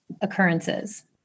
occurrences